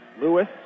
Lewis